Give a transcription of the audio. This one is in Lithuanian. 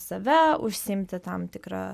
save užsiimti tam tikra